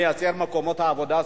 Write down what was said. לייצר מקומות עבודה.